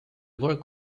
work